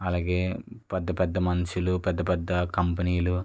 అలాగే పెద్ద పెద్ద మనుషులు పెద్ద పెద్ద కంపెనీలు